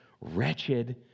wretched